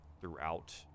throughout